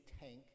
tank